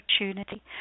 opportunity